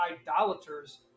idolaters